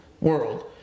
world